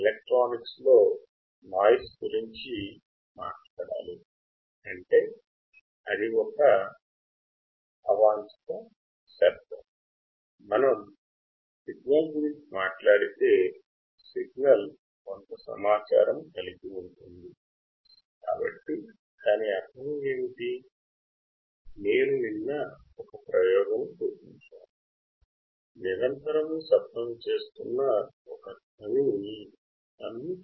electronics నందు noise ఒక అవాంఛిత తరంగము